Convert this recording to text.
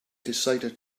decided